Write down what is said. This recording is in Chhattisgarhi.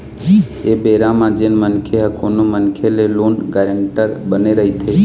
ऐ बेरा म जेन मनखे ह कोनो मनखे के लोन गारेंटर बने रहिथे